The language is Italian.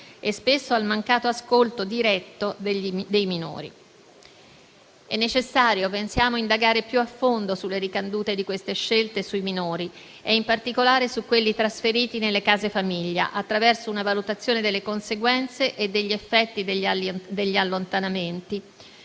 e spesso al mancato ascolto diretto dei minori. Pensiamo sia necessario indagare più a fondo sulle ricadute di queste scelte sui minori e in particolare su quelli trasferiti nelle case famiglia, attraverso una valutazione delle conseguenze e degli effetti degli allontanamenti: